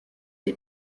sie